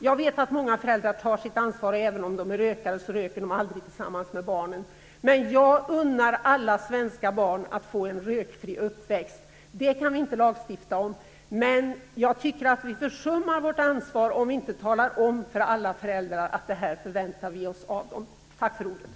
Jag vet att många föräldrar tar sitt ansvar - även om de är rökare röker de aldrig tillsammans med barnen - men jag unnar alla svenska barn att få en rökfri uppväxt. Det kan vi inte lagstifta om, men jag tycker att vi försummar vårt ansvar om vi inte talar om för alla föräldrar att vi förväntar oss detta av dem.